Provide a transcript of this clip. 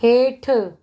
हेठि